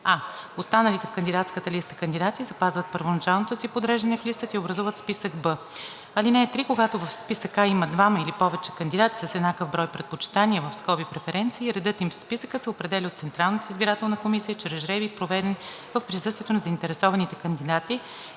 А. Останалите в кандидатската листа кандидати запазват първоначалното си подреждане в листата и образуват списък Б. (3) Когато в списък А има двама или повече кандидати с еднакъв брой предпочитания (преференции), редът им в списъка се определя от Централната избирателна комисия чрез жребий, проведен в присъствието на заинтересованите кандидати